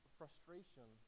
frustration